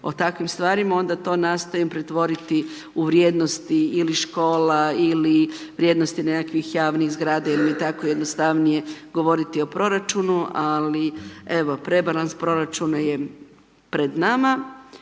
onda to nastojim pretvoriti u vrijednosti ili škola ili vrijednosti nekakvih javnih zgrada jel mi je tako jednostavnije govoriti o proračunu, ali evo, rebalans proračuna je pred nama.